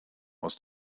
aus